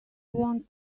want